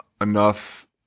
enough